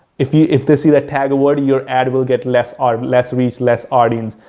if you, if they see that tag word, your ad will get less, or less reach, less audience.